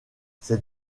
ces